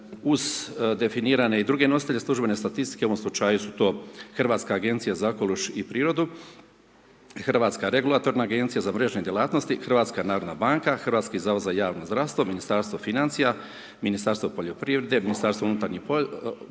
uz definirane i druge nositelje službene statistike, u ovom slučaju su to hrvatska agencija za okoliš i prirodu, Hrvatska regulatorna agencija za mrežne djelatnosti, HNB, HZJZ, Ministarstvo financija, Ministarstvo poljoprivrede, MUP i upravno tijelo grada